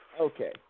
Okay